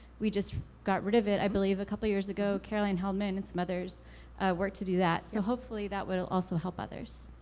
we just got rid of it, i believe, a couple years ago. caroline heldman and some others worked to do that, so hopefully that will also help others.